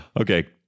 Okay